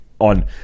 on